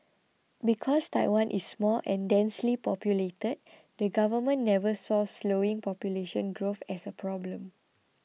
because Taiwan is small and densely populated the government never saw slowing population growth as a problem